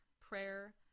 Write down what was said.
prayer